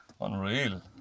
Unreal